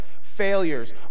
failures